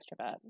extrovert